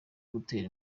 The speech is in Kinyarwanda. gutera